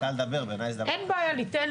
את הסיפור